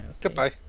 Goodbye